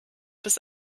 bis